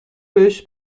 بهش